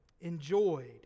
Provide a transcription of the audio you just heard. enjoyed